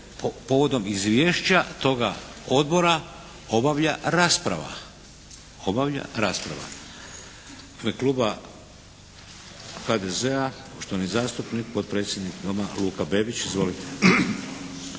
povodom izvješća toga Odbora obavlja rasprava. U ime kluba HDZ-a, poštovani zastupnik potpredsjednik Doma Luka Bebić. Izvolite.